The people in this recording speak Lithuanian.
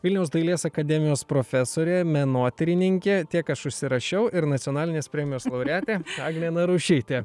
vilniaus dailės akademijos profesorė menotyrininkė tiek aš užsirašiau ir nacionalinės premijos laureatė agnė narušytė